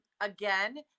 again